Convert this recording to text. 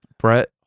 Brett